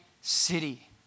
city